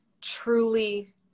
truly